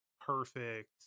perfect